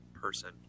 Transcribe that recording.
person